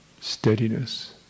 steadiness